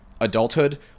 adulthood